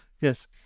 Yes